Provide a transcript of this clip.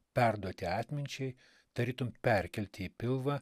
perduoti atminčiai tarytum perkelti į pilvą